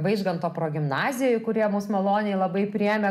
vaižganto progimnazijoj kurie mus maloniai labai priėmė